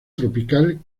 tropical